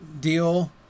deal